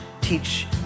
teach